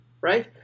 right